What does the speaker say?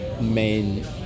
main